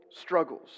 struggles